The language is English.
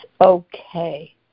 okay